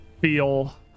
feel